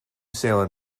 sailing